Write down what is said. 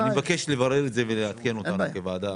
אני מבקש לברר את זה ולעדכן אותנו כוועדה,